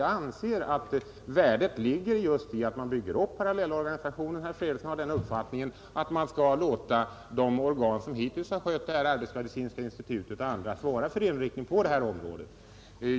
Jag anser att värdet ligger i att man bygger upp parallellorganisationerna, medan herr Fredriksson har den uppfattningen att man skall låta de organ som hittills skött denna sak — arbetsmedicinska institutet och andra — svara för inriktningen på det här området.